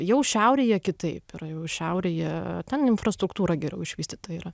jau šiaurėje kitaip yra jau šiaurėje ten infrastruktūra geriau išvystyta yra